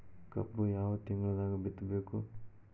ಕಬ್ಬು ಯಾವ ತಿಂಗಳದಾಗ ಬಿತ್ತಬೇಕು?